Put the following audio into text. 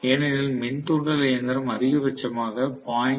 ஏனெனில் மின் தூண்டல் இயந்திரம் அதிகபட்சமாக 0